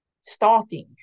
Stalking